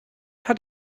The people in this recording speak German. hat